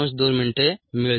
2 मिनिटे मिळतील